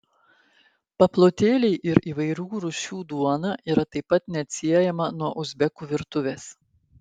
paplotėliai ir įvairių rūšių duona yra taip pat neatsiejama nuo uzbekų virtuvės